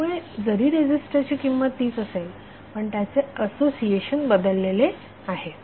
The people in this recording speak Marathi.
त्यामुळे जरी रेझीस्टरची किंमत तीच असेल परंतु त्याचे असोसिएशन बदललेले आहे